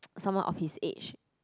someone of his age